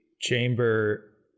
chamber